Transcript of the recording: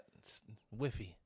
whiffy